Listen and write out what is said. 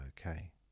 okay